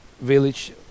village